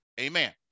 Amen